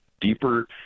deeper